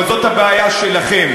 אבל זאת הבעיה שלכם.